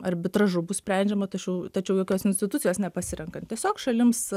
arbitražu bus sprendžiama tačiau tačiau jokios institucijos nepasirenkant tiesiog šalims